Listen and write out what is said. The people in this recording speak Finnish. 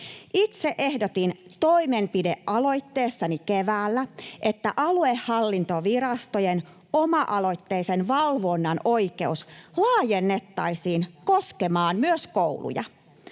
Itse ehdotin toimenpidealoitteessani keväällä, että aluehallintovirastojen oma-aloitteisen valvonnan oikeus laajennettaisiin koskemaan myös kouluja.